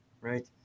right